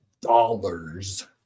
dollars